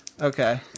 Okay